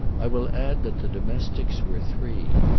i will add that the domestics were three.